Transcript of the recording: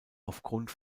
aufgrund